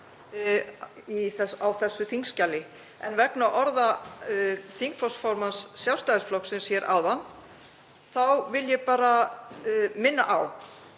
á þessu þingskjali. En vegna orða þingflokksformanns Sjálfstæðisflokksins hér áðan vil ég bara minna á